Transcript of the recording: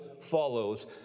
follows